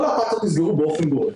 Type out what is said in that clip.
כל האטרקציות נסגרו באופן גורף.